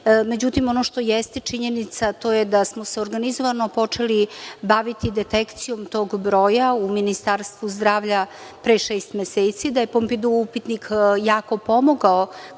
Međutim, ono što jeste činjenica, to je da smo se organizovano počeli baviti detekcijom tog broja u Ministarstvu zdravlja pre šest meseci, da je pompidou upitnik jako pomogao